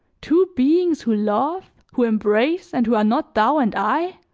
two beings who love, who embrace, and who are not thou and i!